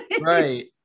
Right